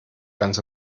ganz